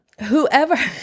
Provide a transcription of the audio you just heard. Whoever